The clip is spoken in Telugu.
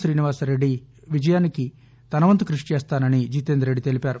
శ్రీనివాస్రెడ్డి విజయానికి తన వంతు క్బషి చేస్తానని జితేందర్ రెడ్డి తెలిపారు